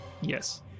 Yes